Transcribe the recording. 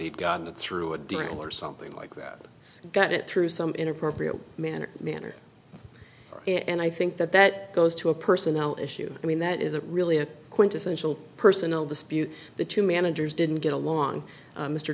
he'd gotten it through a door or something like that it's got it through some inappropriate manner manner and i think that that goes to a personnel issue i mean that isn't really a quintessential personal dispute the two managers didn't get along